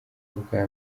ubwa